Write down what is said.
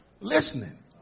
listening